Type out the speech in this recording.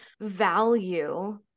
value